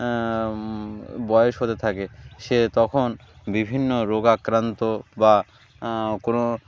বয়স হতে থাকে সে তখন বিভিন্ন রোগাক্রান্ত বা কোনো